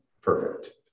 perfect